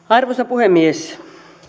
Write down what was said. arvoisa puhemies